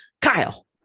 Kyle